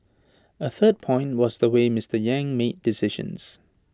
A third point was the way Mister yang made decisions